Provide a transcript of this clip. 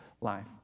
life